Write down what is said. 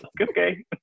Okay